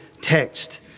text